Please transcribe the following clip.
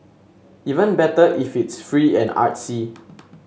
even better if it's free and artsy